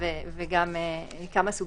וגם מהטעם